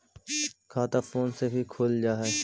खाता फोन से भी खुल जाहै?